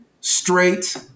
straight